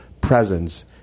presence